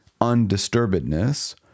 undisturbedness